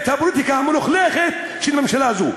את הפוליטיקה המלוכלכת של הממשלה הזאת.